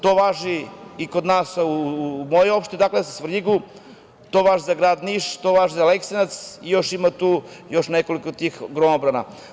To važi i kod nas u mojoj opštini, dakle, ja sam u Svrljigu, to važi za grad Niš, to važi za Aleksinac i ima tu još nekoliko tih gromobrana.